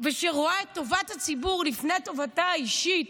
ושרואה את טובת הציבור לפני טובתה האישית,